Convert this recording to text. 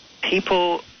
people